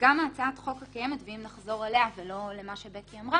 גם הצעת החוק הקיימת ואם נחזור אליה ולא למה שבקי אמרה